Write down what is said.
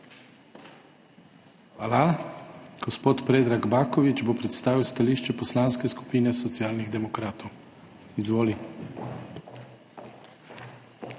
skupin. Gospod Predrag Baković bo predstavil stališče Poslanske skupine Socialnih demokratov. Izvoli.